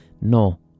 no